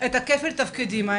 את כפל התפקידים,